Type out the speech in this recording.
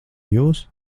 jūs